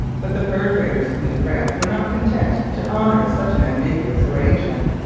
but the fur traders of new france were not content to honour such an ambiguous arrangement.